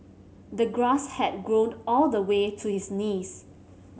the grass had grown all the way to his knees